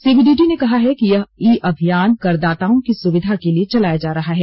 CBDT ने कहा कि यह ई अभियान करदाताओं की सुविधा के लिए चलाया जा रहा है